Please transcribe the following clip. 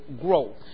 growth